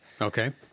Okay